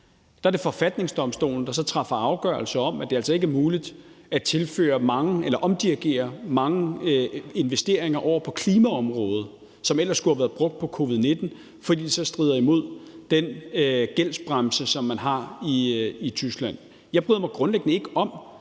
forfatningsdomstolen, der så træffer afgørelse om, at det altså ikke er muligt at omdirigere mange investeringer over på klimaområdet, som ellers skulle have været brugt på covid-19, fordi det så strider imod den gældsbremse, som man har i Tyskland. Jeg bryder mig grundlæggende ikke om